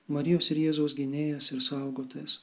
marijos ir jėzaus gynėjas ir saugotojas